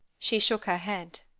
she shook her head.